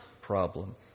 problem